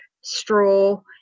straw